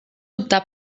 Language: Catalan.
optar